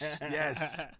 yes